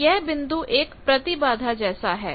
तो यह बिंदु एक प्रतिबाधा जैसा है